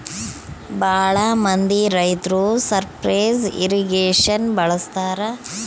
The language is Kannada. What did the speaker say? ಭಾಳ ಮಂದಿ ರೈತರು ಸರ್ಫೇಸ್ ಇರ್ರಿಗೇಷನ್ ಬಳಸ್ತರ